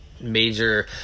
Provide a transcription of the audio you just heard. major